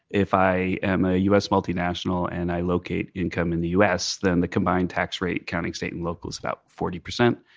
if i am a u s. multinational and i locate income in the u s, then the combined tax rate counting state and local is about forty percent.